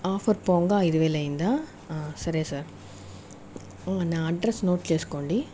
offer పోగా ఐదు వెలు అయ్యిందా సరే సార్ నా అడ్రెస్ నోట్ చేసుకోండి